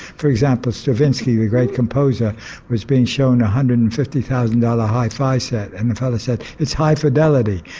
for example stravinsky the great composer was being shown a one hundred and fifty thousand dollars hi fi set, and the fellow said it's high fidelity.